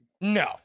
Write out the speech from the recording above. no